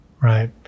right